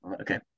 okay